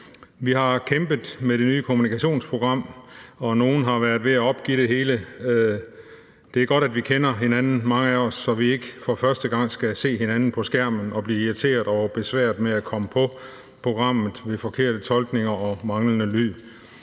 Vi har kæmpet med det nye kommunikationsprogram, og nogle har været ved at opgive det hele. Det er godt, at mange af os kender hinanden, så vi ikke for første gang skal se hinanden på skærmen og blive irriteret over besværet med at komme på programmet, ved forkerte tolkninger og manglende lyd.